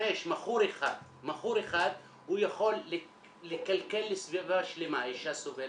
מכור אחד יכול לקלקל לסביבה שלמה האישה סובלת,